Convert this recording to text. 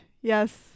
Yes